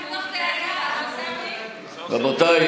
רבותיי,